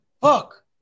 Fuck